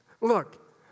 Look